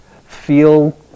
feel